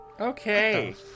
Okay